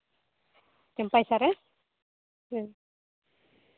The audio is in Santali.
ᱪᱟᱹᱢᱯᱟᱹᱭ ᱥᱚᱨᱮᱱ